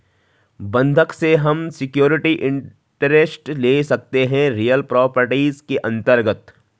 बंधक से हम सिक्योरिटी इंटरेस्ट ले सकते है रियल प्रॉपर्टीज के अंतर्गत